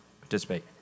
participate